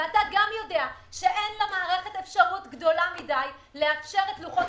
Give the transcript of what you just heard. אתה גם יודע שאין למערכת אפשרות מספיקה לאפשר את לוחות